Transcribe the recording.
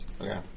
Okay